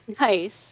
Nice